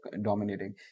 dominating